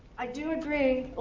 i do agree.